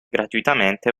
gratuitamente